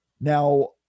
Now